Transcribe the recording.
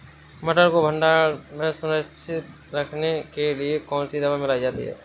मटर को भंडारण में सुरक्षित रखने के लिए कौन सी दवा मिलाई जाती है?